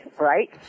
right